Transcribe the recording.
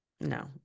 no